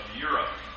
Europe